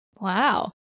Wow